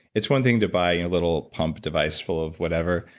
it's one thing to buy a little pump device full of whatever.